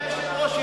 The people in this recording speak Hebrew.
אדוני היושב-ראש,